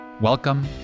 Welcome